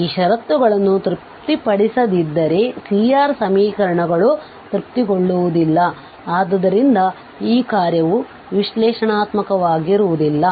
ಈ ಷರತ್ತುಗಳನ್ನು ತೃಪ್ತಿಪಡಿಸದಿದ್ದರೆ C R ಸಮೀಕರಣಗಳು ತೃಪ್ತಿಗೊಳ್ಳುವುದಿಲ್ಲ ಆದುದರಿಂದ ಈ ಕಾರ್ಯವು ವಿಶ್ಲೇಷಣಾತ್ಮಕವಾಗಿರುವುದಿಲ್ಲ